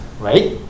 right